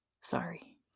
Sorry